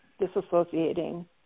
Disassociating